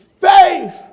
faith